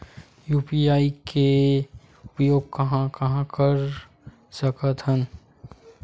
UPI के उपयोग कहां कहा कर सकत हन?